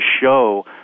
show